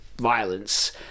Violence